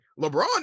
LeBron